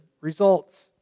results